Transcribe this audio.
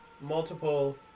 multiple